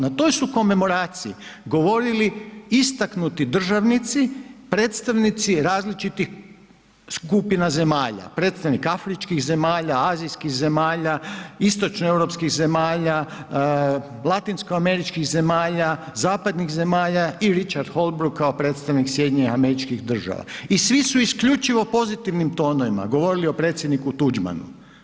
Na toj su komemoraciji govorili istaknuti državnici, predstavnici različitih skupina zemalja, predstavnik afričkih zemalja, azijskih zemalja, istočnoeuropskih zemalja, latinsko-američkih zemalja, zapadnih zemalja i Richard Holbrooke kao predstavnik SAD-a i svi su isključivo u pozitivnim tonovima govorili o Predsjedniku Tuđmanu.